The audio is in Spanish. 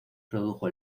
produjo